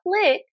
click